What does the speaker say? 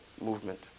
movement